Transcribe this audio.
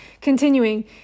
continuing